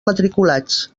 matriculats